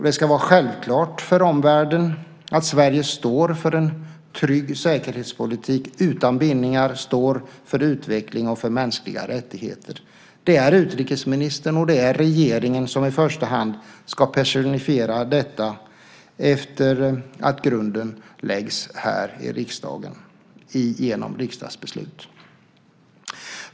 Det ska vara självklart för omvärlden att Sverige står för en trygg säkerhetspolitik utan bindningar, står för utveckling och för mänskliga rättigheter. Det är utrikesministern och regeringen som i första hand ska personifiera detta efter att grunden har lagts här i riksdagen genom riksdagsbeslut.